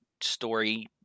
story